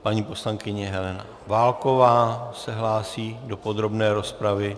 Paní poslankyně Helena Válková se hlásí do podrobné rozpravy.